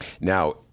Now